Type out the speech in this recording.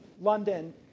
London